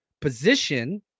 position